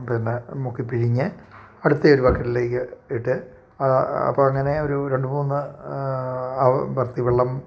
പിന്നെ മുക്കി പിഴിഞ്ഞു അടുത്ത ചെരുവത്തിലേക്ക് ഇട്ട് അപ്പം അങ്ങനെ ഒരു രണ്ട് മൂന്ന് ആവർത്തി വെള്ളം